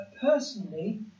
personally